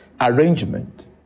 Arrangement